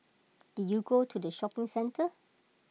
did you go to the shopping centre